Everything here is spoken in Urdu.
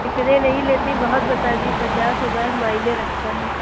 اتنے نہیں لیتی بہت بتا دیا پچاس ہزار معنی رکھتا ہے